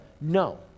No